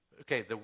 Okay